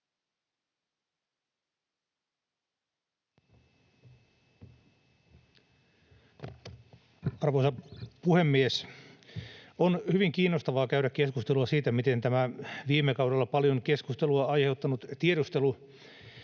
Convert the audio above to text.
Arvoisa puhemies! On hyvin kiinnostavaa käydä keskustelua siitä, miten tämä viime kaudella paljon keskustelua aiheuttanut tiedustelu